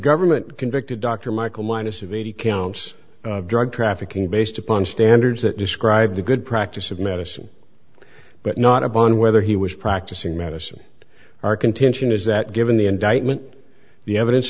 government convicted dr michael minus of eighty counts of drug trafficking based upon standards that describe the good practice of medicine but not a bond whether he was practicing medicine our contention is that given the indictment the evidence